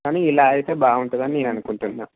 కానీ ఇలా అయితే బాగుంటుందని నేను అనుకుంటున్న